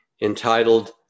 entitled